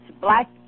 black